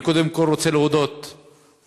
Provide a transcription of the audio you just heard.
אני קודם כול רוצה להודות לדירקטוריון,